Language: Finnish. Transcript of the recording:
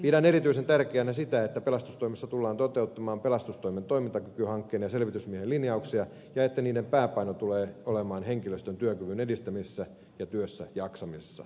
pidän erityisen tärkeänä sitä että pelastustoimessa tullaan toteuttamaan pelastustoimen toimintakykyhankkeen ja selvitysmiehen linjauksia ja että niiden pääpaino tulee olemaan henkilöstön työkyvyn edistämisessä ja työssäjaksamisessa